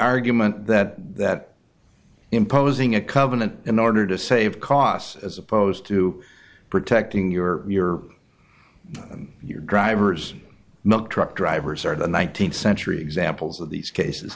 argument that that imposing a covenant in order to save costs as opposed to protecting your your your drivers milk truck drivers are the th century examples of these cases